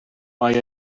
mae